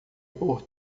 por